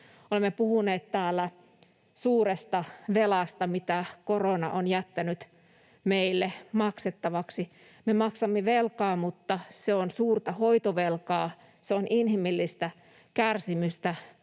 Olemme puhuneet täällä suuresta velasta, minkä korona on jättänyt meille maksettavaksi. Me maksamme velkaa, mutta se on suurta hoitovelkaa, se on inhimillistä kärsimystä,